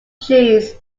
cheese